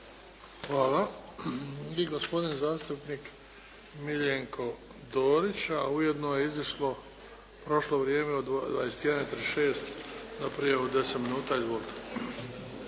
Hvala. I gospodin zastupnik Miljenko Dorić. A ujedno je prošlo vrijeme u 21,36 sati za prijavu od